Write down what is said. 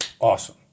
Awesome